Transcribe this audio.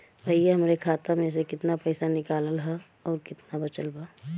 भईया हमरे खाता मे से कितना पइसा निकालल ह अउर कितना बचल बा?